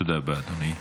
תודה רבה, אדוני.